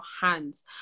hands